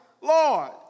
Lord